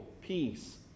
peace